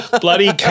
bloody